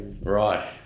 right